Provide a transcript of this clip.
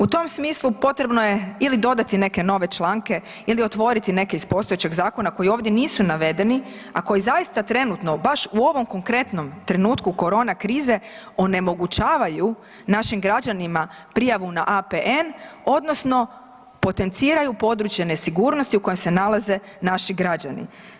U tom smislu potrebno je ili dodati neke nove članke ili otvoriti neke iz postojećeg zakona koji ovdje nisu navedeni, a koji zaista trenutno baš u ovom konkretnom trenutku korona krize onemogućavaju našim građanima prijavu na APN odnosno potenciraju područje nesigurnosti u kojem se nalaze naši građani.